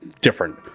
different